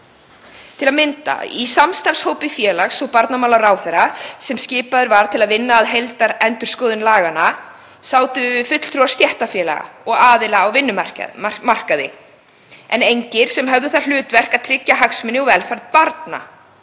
velferð barna. Í samstarfshópi félags- og barnamálaráðherra, sem skipaður var til að vinna að heildarendurskoðun laganna, sátu þannig fulltrúar stéttarfélaga og aðila á vinnumarkaði en engir sem höfðu það hlutverk að tryggja hagsmuni og velferð barna.